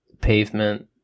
pavement